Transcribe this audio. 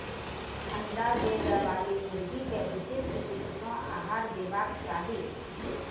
अंडा देबयबाली मुर्गी के विशेष रूप सॅ आहार देबाक चाही